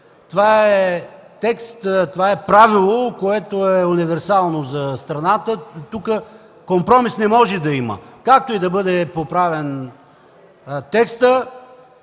Това е текст, това е правило, което е универсално за страната. Тук компромис не може да има. Както и да бъде поправен текстът,